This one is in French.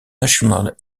national